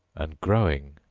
and growing,